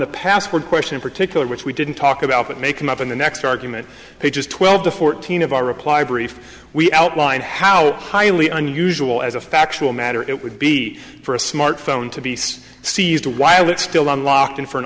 the password question in particular which we didn't talk about that may come up in the next argument pages twelve to fourteen of our reply brief we outlined how highly unusual as a factual matter it would be for a smartphone to be seized a while it's still unlocked and for an